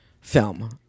film